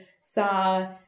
saw